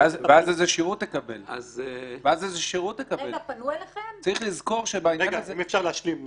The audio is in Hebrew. אז זה ייתפס --- איך אתה יודע שהיא לא העבירה?